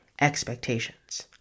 expectations